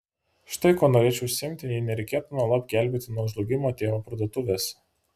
štai kuo norėčiau užsiimti jei nereikėtų nuolat gelbėti nuo žlugimo tėvo parduotuvės